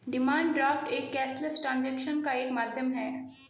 demand draft एक cashless transaction का एक माध्यम है